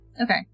okay